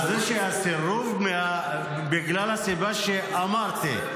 הסירוב הוא בגלל הסיבה שאמרתי.